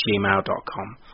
gmail.com